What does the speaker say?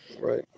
right